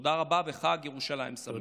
תודה רבה, וחג ירושלים שמח.